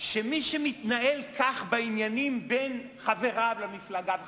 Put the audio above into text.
שמי שמתנהל כך בעניינים בין חבריו למפלגה וכדומה,